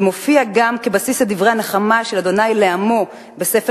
ומופיע גם בבסיס לדברי הנחמה של ה' לעמו בספר